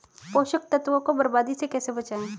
पोषक तत्वों को बर्बादी से कैसे बचाएं?